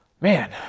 man